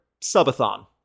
subathon